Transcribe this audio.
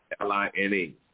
L-I-N-E